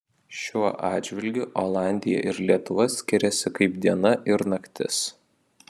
šiuo atžvilgiu olandija ir lietuva skiriasi kaip diena ir naktis